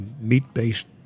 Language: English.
meat-based